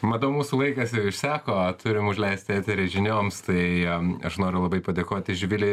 matau mūsų laikas jau išseko turim užleisti eterį žinioms tai am aš noriu labai padėkoti živilei